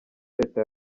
leta